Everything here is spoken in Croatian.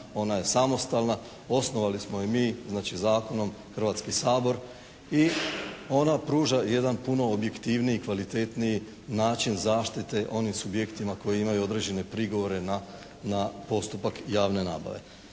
ona je samostalna, osnovali smo je mi, znači zakonom Hrvatski sabor i ona pruža jedan puno objektivniji, kvalitetniji način zaštite onim subjektima koji imaju određene prigovore na postupak javne nabave.